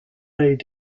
made